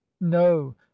no